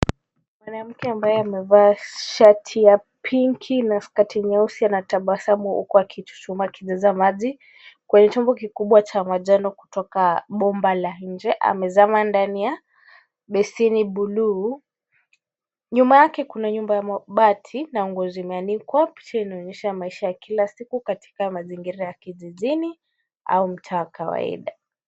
Mwanamke ambaye amevaa shati ya pinki na skati nyeusi anatabasamu huku akichuchumaa akijaza maji kwenye chombo kikubwa cha manjano kutoka bomba la nje. Amezama ndani ya besheni buluu. Nyuma yake kuna nyumba ya mabati na nguo zimeanikwa. Picha inaonyesha maisha ya kila siku katika mazingira ya kijijini au mtaa wa kawaida.